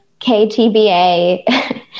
KTBA